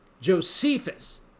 Josephus